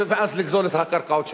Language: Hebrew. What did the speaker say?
ואז לגזול את הקרקעות שלהם.